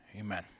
Amen